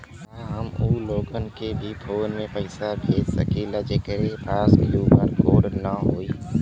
का हम ऊ लोग के भी फोन से पैसा भेज सकीला जेकरे पास क्यू.आर कोड न होई?